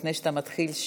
לפני שאתה מתחיל,